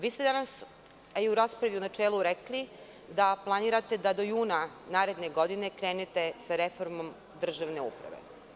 Vi ste danas, a i u raspravi u načelu, rekli da planirate da do juna naredne godine krenete sa reformom državne uprave.